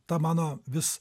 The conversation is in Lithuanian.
ta mano vis